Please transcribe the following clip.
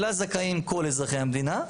שלה זכאים כל אזרחי המדינה,